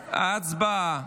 הצבעה.